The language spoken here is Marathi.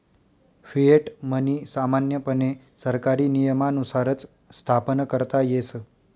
फिएट मनी सामान्यपणे सरकारी नियमानुसारच स्थापन करता येस